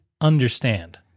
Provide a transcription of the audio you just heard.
understand